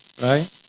right